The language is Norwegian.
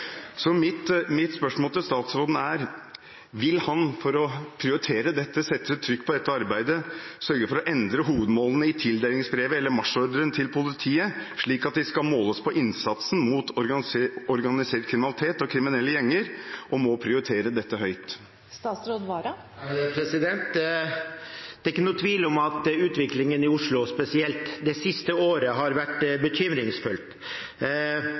Mitt spørsmål til statsråden er: Vil statsråden, for å prioritere dette og sette trykk på dette arbeidet, sørge for å endre hovedmålene i tildelingsbrevet, eller marsjordren, til politiet, slik at de måles på innsatsen mot organisert kriminalitet og kriminelle gjenger og må prioritere dette høyt? Det er ikke noen tvil om at utviklingen i Oslo, spesielt det siste året, har vært